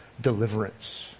deliverance